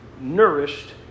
nourished